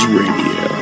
radio